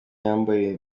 yambaye